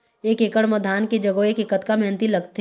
एक एकड़ म धान के जगोए के कतका मेहनती लगथे?